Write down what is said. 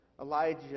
Elijah